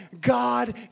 God